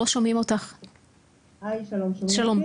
היי שלום, שומעים אותי?